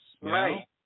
Right